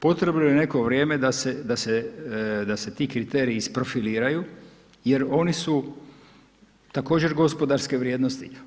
Potrebno je neko vrijeme da se ti kriteriji isprofiliraju, jer oni su također gospodarske vrijednosti.